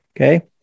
okay